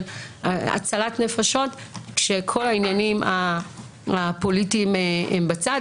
הצלת נפשות כשכל העניינים הפוליטיים בצד,